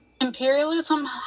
Imperialism